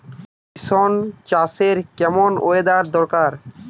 Beans চাষে কেমন weather দরকার?